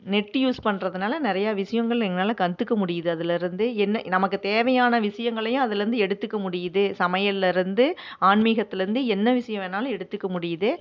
net use பண்ணுறதுனால நிறைய விஷயங்கள் எங்களால் கற்றுக்க முடியுது அதில் இருந்து என்ன நமக்கு தேவையான விஷயங்களையும் அதில் இருந்து எடுத்துக்க முடியுது சமையல்லேருந்து ஆன்மீகத்துலேருந்து என்ன விஷயம் வேணுணாலும் எடுத்துக்க முடியுது